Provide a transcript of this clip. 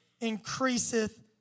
increaseth